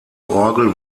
orgel